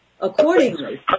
accordingly